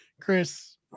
Chris